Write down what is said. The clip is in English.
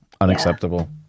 Unacceptable